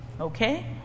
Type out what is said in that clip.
Okay